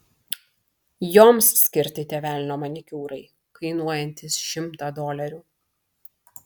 joms skirti tie velnio manikiūrai kainuojantys šimtą dolerių